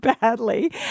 badly